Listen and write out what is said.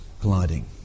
colliding